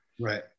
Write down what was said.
Right